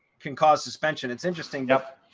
can cause suspension. it's interesting enough,